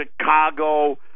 Chicago